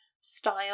style